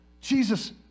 Jesus